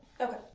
Okay